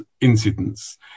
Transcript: incidents